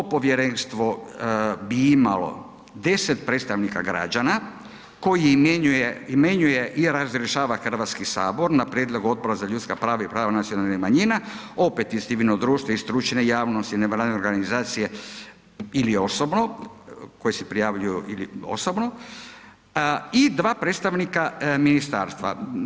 To povjerenstvo bi imalo 10 predstavnika građana koji imenuje i razrješava Hrvatski sabor na prijedlog Odbora za ljudska prava i prava nacionalnih manjina, opet civilno društvo i stručne javnosti, nevladine organizacije ili osobno koje se prijavljuju ili osobno, i 2 predstavnika ministarstva.